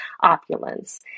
opulence